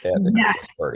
Yes